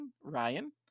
Ryan